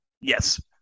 Yes